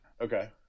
okay